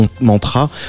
mantra